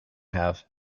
have